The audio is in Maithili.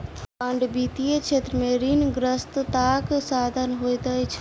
बांड वित्तीय क्षेत्र में ऋणग्रस्तताक साधन होइत अछि